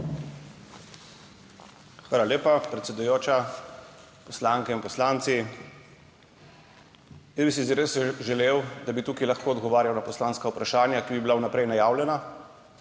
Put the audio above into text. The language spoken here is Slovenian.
Hvala lepa, predsedujoča. Poslanke in poslanci! Jaz bi si res želel, da bi tukaj lahko odgovarjal na poslanska vprašanja, ki bi bila vnaprej najavljena